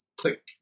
Click